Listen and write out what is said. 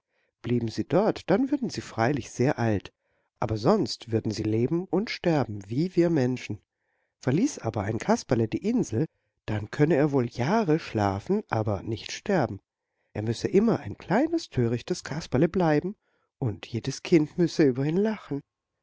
blieben sie dort dann würden sie freilich sehr alt aber sonst würden sie leben und sterben wie wir menschen verließ aber ein kasperle die insel dann könne er wohl jahre schlafen aber nicht sterben er müsse immer ein kleines törichtes kasperle bleiben und jedes kind müsse über ihn lachen